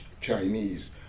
Chinese